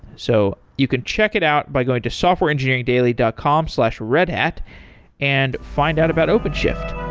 so you could check it out by going to softwareengineeringdaily dot com slash redhat and find out about openshift